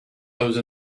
those